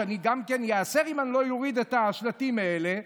שאני גם כן איאסר אם לא אוריד את השלטים האלה.